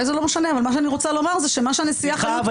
סליחה,